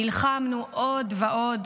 נלחמנו עוד ועוד,